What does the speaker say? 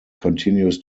continues